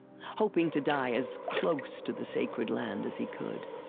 hoping to die as. close to the sacred land as he could.